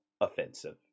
offensive